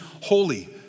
holy